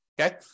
Okay